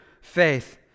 faith